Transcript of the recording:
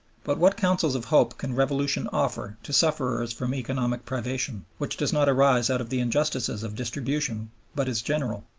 but what counsels of hope can revolution offer to sufferers from economic privation, which does not arise out of the injustices of distribution but is general?